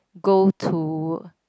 go to